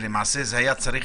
וזה היה צריך